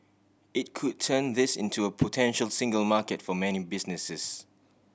it could turn this into a potential single market for many businesses